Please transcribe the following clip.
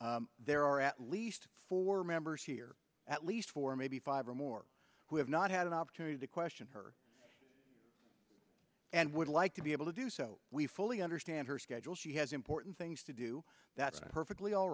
there are at least four members here at least four maybe five or more who have not had an opportunity to question her and would like to be able to do so we fully understand her schedule she has important things to do that perfectly all